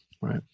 right